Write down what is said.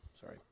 Sorry